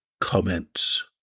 comments